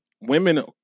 women